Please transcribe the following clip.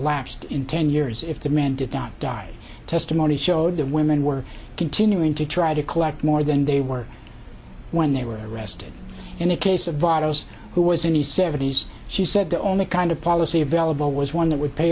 elapsed in ten years if the man did not die testimony showed the women were continuing to try to collect more than they were when they were arrested in the case of bottles who was in the seventies she said the only kind of policy available was one that would pay